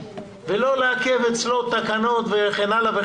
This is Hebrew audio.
ולא לעכב אצלו תקנות וכן הלאה,